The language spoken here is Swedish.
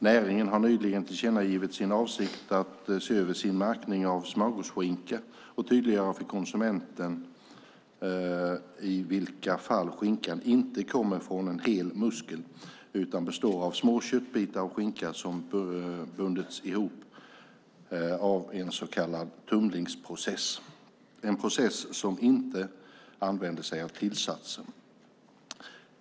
Näringen har nyligen tillkännagivit sin avsikt att se över sin märkning av smörgåsskinka och tydliggöra för konsumenten i vilka fall skinkan inte kommer från en hel muskel utan består av små köttbitar av skinka som bundits ihop av en så kallad tumlingsprocess, en process där man inte använder sig av tillsatser.